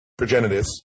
Progenitus